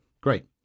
great